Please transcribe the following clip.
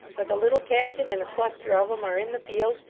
for the little captain and a cluster of em are in the fields,